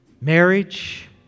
Marriage